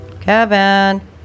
Kevin